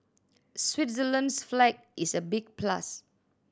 Switzerland's flag is a big plus